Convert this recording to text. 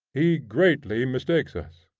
he greatly mistakes us.